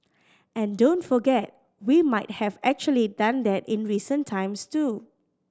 and don't forget we might have actually done that in recent times too